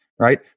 right